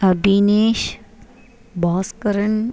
Abinesh Bhaskaran